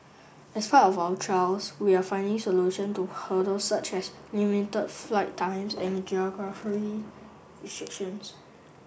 as part of our trials we are finding solution to hurdles such as limited flight times and geographical restrictions